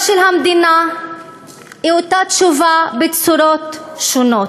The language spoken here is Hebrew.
של המדינה היא אותה תשובה בצורות שונות.